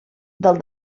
del